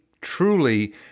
truly